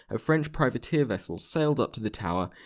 a french privateer vessel sailed up to the tower,